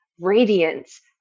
radiance